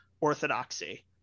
orthodoxy